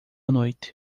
noite